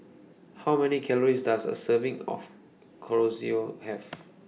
How Many Calories Does A Serving of Chorizo Have